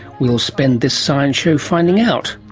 we'll spend this science show finding out.